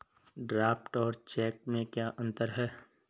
Draft और check में क्या अंतर है?